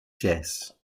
jazz